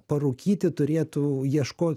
parūkyti turėtų ieško